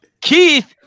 Keith